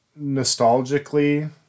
nostalgically